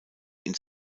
ins